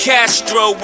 Castro